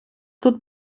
тут